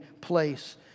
place